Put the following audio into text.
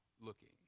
looking